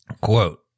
quote